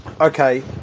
okay